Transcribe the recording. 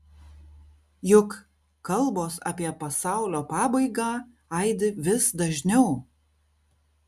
juk kalbos apie pasaulio pabaigą aidi vis dažniau